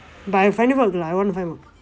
but I finding work lah I want to find work